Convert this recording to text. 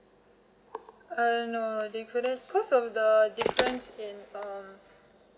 uh no they couldn't cause of the difference in um